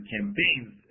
Campaigns